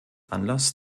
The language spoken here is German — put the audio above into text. anlass